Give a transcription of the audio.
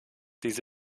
diese